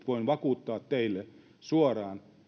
voin vakuuttaa teille suoraan